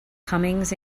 comings